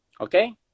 Okay